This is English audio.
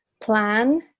plan